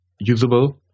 usable